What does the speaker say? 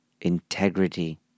integrity